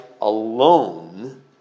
alone